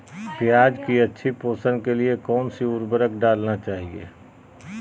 प्याज की अच्छी पोषण के लिए कौन सी उर्वरक डालना चाइए?